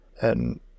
And-